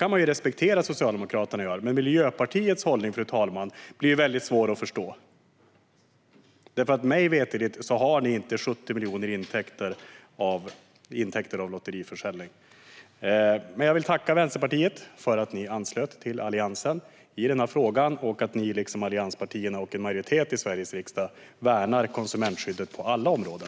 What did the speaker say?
Man kan respektera att Socialdemokraterna gör det, men Miljöpartiets hållning blir väldigt svår att förstå. Mig veterligt har ni inte 70 miljoner i intäkter av lotteriförsäljning. Men jag vill tacka Vänsterpartiet för att ni anslöt er till Alliansen i denna fråga och för att ni liksom allianspartierna och en majoritet i Sveriges riksdag värnar konsumentskyddet på alla områden.